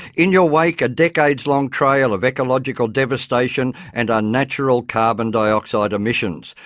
in your wake a decade's long trail of ecological devastation and unnatural carbon dioxide emissions.